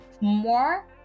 more